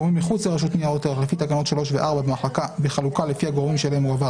או לשתף רשות הממונה על חקירת עבירת המקור בחקירת עבירה